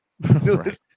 right